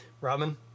robin